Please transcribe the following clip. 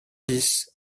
dix